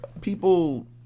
people